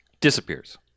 disappears